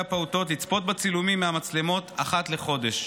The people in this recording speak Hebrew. הפעוטות לצפות בצילומים מהמצלמות אחת לחודש.